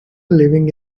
living